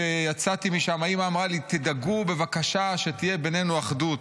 כשיצאתי משם האימא אמרה לי: תדאגו בבקשה שתהיה בינינו אחדות.